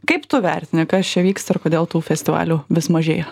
kaip tu vertini kas čia vyksta ir kodėl tų festivalių vis mažėja